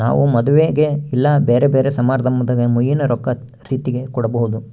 ನಾವು ಮದುವೆಗ ಇಲ್ಲ ಬ್ಯೆರೆ ಬ್ಯೆರೆ ಸಮಾರಂಭದಾಗ ಮುಯ್ಯಿನ ರೊಕ್ಕ ರೀತೆಗ ಕೊಡಬೊದು